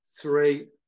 three